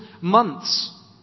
months